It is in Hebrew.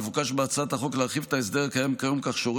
מבוקש בהצעת החוק להרחיב את ההסדר הקיים כיום כך שהורה